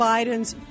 Biden's